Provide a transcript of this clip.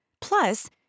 Plus